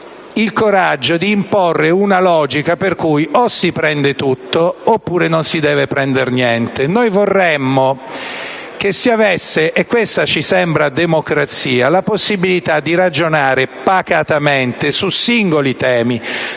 il coraggio di imporre una logica per cui o si prende tutto oppure non si deve prendere niente. Vorremmo che vi fosse - e questa ci sembra democrazia - la possibilità di ragionare pacatamente su singoli temi,